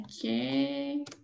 Okay